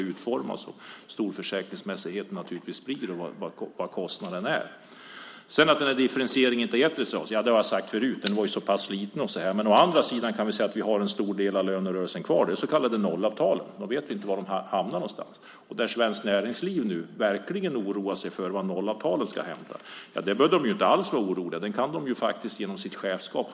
Hur stor försäkringsmässigheten och kostnaderna blir beror ju också på hur detta utformas. Att differentieringen inte har gett resultat har jag talat om förut. Den var ju så pass liten. Å andra sidan kan vi säga att vi har en stor del av lönerörelsen kvar i och med de så kallade nollavtalen. Man vet inte var de hamnar någonstans. Svenskt Näringsliv oroar sig verkligen för vad nollavtalen ska innebära. Det behöver de inte vara oroliga för. Det kan de ju hantera själva genom sitt chefskap.